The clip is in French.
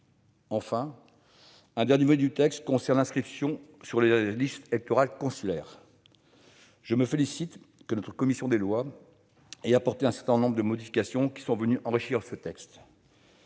Enfin, un dernier volet du texte a trait à l'inscription sur les listes électorales consulaires. Je me félicite que notre commission des lois ait apporté un certain nombre de modifications qui sont venues enrichir ce texte.